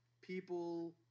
people